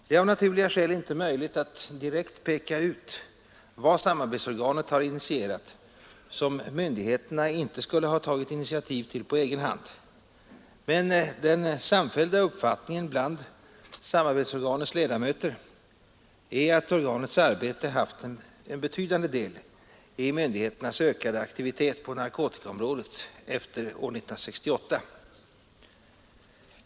Det är av naturliga skäl inte möjligt att direkt peka ut vad samarbetsorganet initierat som myndigheterna inte skulle ha tagit initiativ till på egen hand, men den samfällda uppfattningen bland samarbetsorganets ledamöter är att organets arbete haft en betydande del i myndigheternas ökade aktivitet på narkotikaområdet efter år 1968.